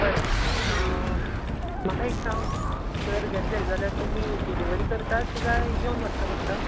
बरें अं म्हाका एक सांग जर घेतले जाल्यार तुमी डिलिवरी करतात काय येवन व्हरचें पडटात